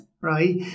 right